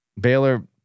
Baylor